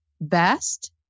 best